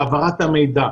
העברת המידע,